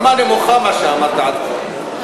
רמה נמוכה מה שאמרת עד כה.